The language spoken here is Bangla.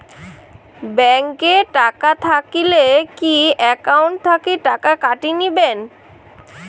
ব্যাংক এ টাকা থাকিলে কি একাউন্ট থাকি টাকা কাটি নিবেন?